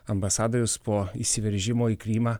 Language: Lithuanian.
ambasadorius po įsiveržimo į krymą